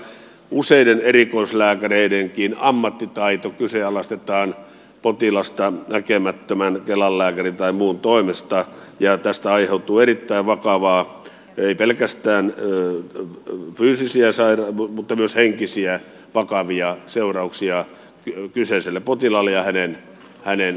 useiden erikoislääkäreidenkin ammattitaito kyseenalaistetaan potilasta näkemättömän kelan lääkärin tai muun toimesta ja tästä aiheutuu erittäin vakavia ei pelkästään fyysisiä vaan myös henkisiä vakavia seurauksia kyseiselle potilaalle ja myös hänen läheisilleen